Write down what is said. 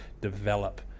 develop